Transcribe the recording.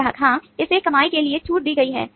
ग्राहक हां इसे कमाई के लिए छूट दी गई है